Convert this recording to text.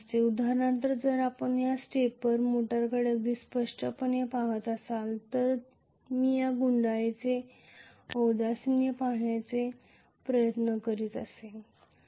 उदाहरणार्थ जर आपण या स्टेपर मोटरकडे अगदी स्पष्टपणे पाहिले असेल तर जर मी या गुंडाळीचे औदासिन्य पाहण्याचा प्रयत्न करीत असेल तर